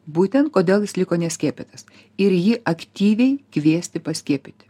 būtent kodėl jis liko neskiepytas ir jį aktyviai kviesti paskiepyt